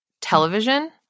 television